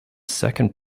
second